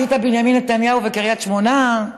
נהיית בנימין נתניהו וקריית שמונה?